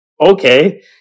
Okay